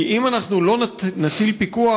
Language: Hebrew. כי אם אנחנו לא נטיל פיקוח,